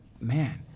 man